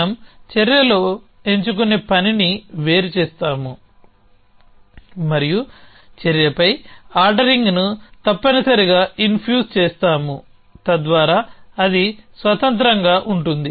మనం చర్యలో ఎంచుకునే పనిని వేరు చేస్తాము మరియు చర్యపై ఆర్డరింగ్ను తప్పనిసరిగా ఇన్ఫ్యూజ్ చేస్తాము తద్వారా అది స్వతంత్రంగా ఉంటుంది